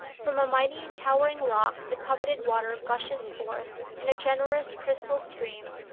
from a mighty, towering rock the coveted water gushes forth in a generous, crystal stream,